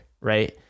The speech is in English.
right